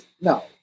No